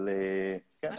אבל כן,